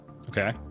Okay